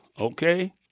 okay